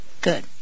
Good